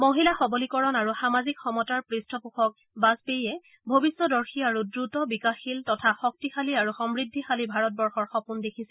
মহিলা সবলীকৰণ আৰু সামাজিক সমতাৰ পৃষ্ঠপোষক বাজপেয়ী ভৱিষ্যদৰ্শী আৰু দ্ৰুত বিকাশীল তথা শক্তিশালী আৰু সমূদ্ধিশালী ভাৰতবৰ্ষৰ সপোন দেখিছিল